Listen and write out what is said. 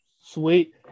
sweet